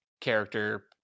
character